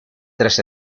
tres